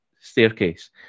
staircase